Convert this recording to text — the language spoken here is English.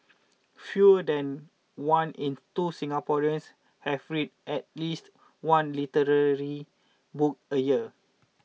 fewer than one in two Singaporeans have read at least one literary book a year